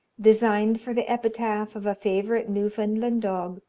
designed for the epitaph of a favourite newfoundland dog,